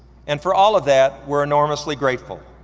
and for all of that, we're enormously grateful.